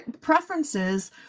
preferences